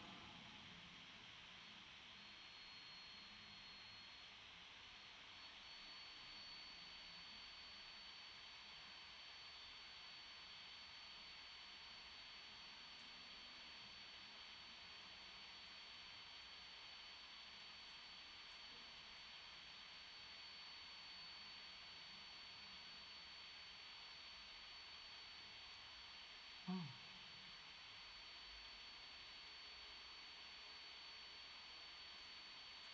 mm